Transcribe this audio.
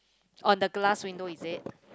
on the glass window is it